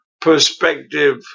perspective